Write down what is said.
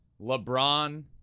LeBron